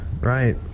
Right